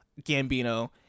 Gambino